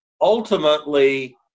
ultimately